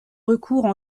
recours